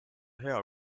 hea